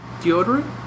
Deodorant